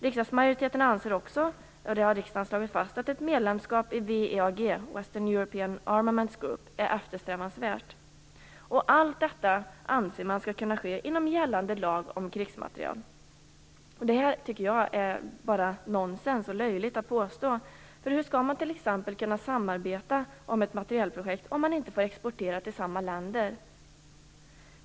Riksdagsmajoriteten anser också, och det har riksdagen slagit fast, att ett medlemskap i WEAG, Western European Armament Group, är eftersträvansvärt. Allt detta anser man skall kunna ske inom gällande lag om krigsmateriel. Jag tycker att detta är nonsens, och det är löjligt att påstå det. Hur skall man t.ex. kunna samarbeta om ett materielprojekt om man inte får exportera till samma länder?